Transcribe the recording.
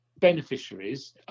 beneficiaries